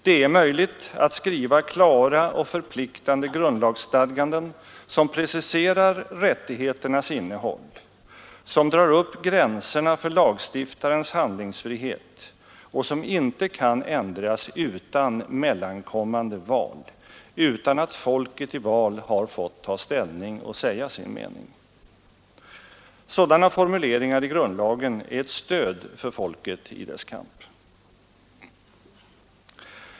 Det är möjligt att skriva klara och = förpliktande grundlagsstadganden som preciserar rättigheternas innehåll, som drar upp gränserna för lagstiftarens handlingsfrihet och som inte kan ändras utan mellankommande val, utan att folket i val har fått ta ställning och säga sin mening. Sådana formuleringar i grundlagen är ett stöd för folket i dess kamp.